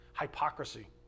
Hypocrisy